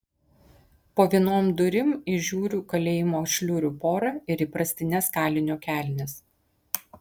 po vienom durim įžiūriu kalėjimo šliurių porą ir įprastines kalinio kelnes